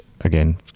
again